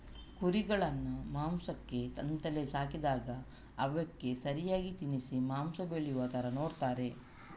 ಕುರಿಗಳನ್ನ ಮಾಂಸಕ್ಕೆ ಅಂತಲೇ ಸಾಕಿದಾಗ ಅವಕ್ಕೆ ಸರಿಯಾಗಿ ತಿನ್ನಿಸಿ ಮಾಂಸ ಬೆಳೆಯುವ ತರ ನೋಡ್ತಾರೆ